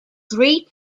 three